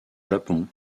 japon